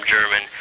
German